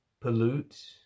pollute